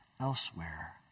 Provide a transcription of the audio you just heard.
elsewhere